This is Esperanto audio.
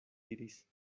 diris